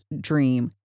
dream